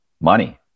money